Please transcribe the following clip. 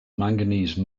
manganese